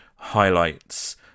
highlights